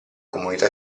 comunità